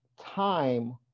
time